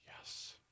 Yes